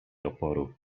oporu